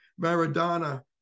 Maradona